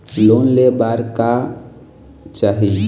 Loan ले बार का चाही?